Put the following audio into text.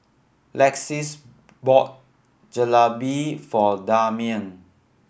Lexis bought Jalebi for Damian